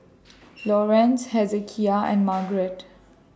Lawerence Hezekiah and Marget